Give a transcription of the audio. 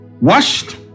washed